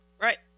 right